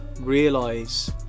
realize